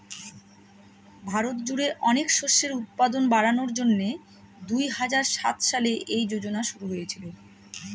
ভারত জুড়ে অনেক শস্যের উৎপাদন বাড়ানোর জন্যে দুই হাজার সাত সালে এই যোজনা শুরু হয়েছিল